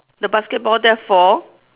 the basketball there four